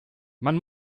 man